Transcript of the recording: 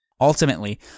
Ultimately